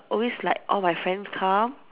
always like all my friends come